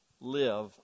live